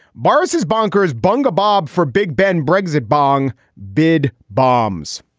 boris is bonkers bunga bob for big ben brexit bong bid bombs.